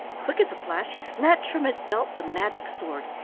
quick as a flash he snatched from his belt the magic sword,